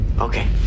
Okay